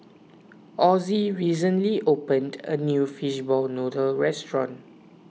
Osie recently opened a new Fishball Noodle restaurant